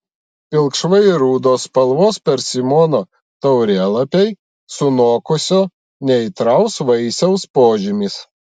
pilkšvai rudos spalvos persimono taurėlapiai sunokusio neaitraus vaisiaus požymis